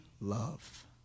love